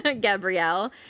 Gabrielle